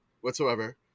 whatsoever